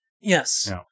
Yes